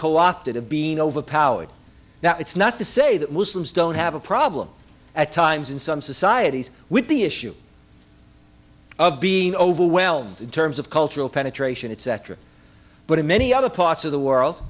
co opted of being overpowered now it's not to say that wilson's don't have a problem at times in some societies with the issue of being overwhelmed in terms of cultural penetration etc but in many other parts of the world